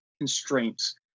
constraints